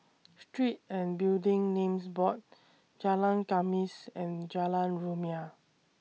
Street and Building Names Board Jalan Khamis and Jalan Rumia